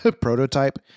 Prototype